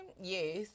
yes